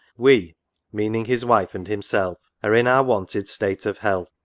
we meaning his wife and himself, are in our wonted state of health,